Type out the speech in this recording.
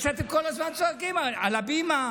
מה שאתם כל הזמן צועקים, על הבימה,